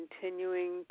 continuing